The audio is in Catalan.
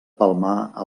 palmar